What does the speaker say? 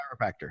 chiropractor